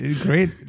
great